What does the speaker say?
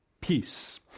peace